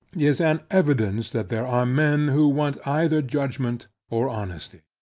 is an evidence that there are men who want either judgment or honesty.